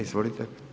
Izvolite.